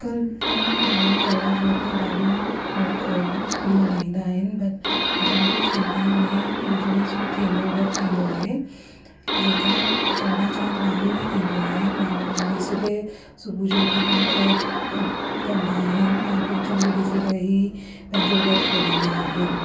अॼुकल्ह त माण्हू करवाचोथ ते ॾाढो उहे मल्हाईंदा आहिनि असांजी सिंधीअ में टीजड़ी जो थींदो वृतु थींदो आहे जेका करवाचौथ वांग़ुर ई थींदो आहे माण्हू सुबुहु सुबुहु जो उथी करे अर्ग कंदा आहिनि ऐं पोइ चंडु ॾिसी करे उहे पंहिंजो वृतु खोलींदा आहिनि